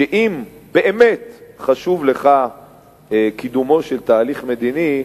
שאם באמת חשוב לך קידומו של תהליך מדיני,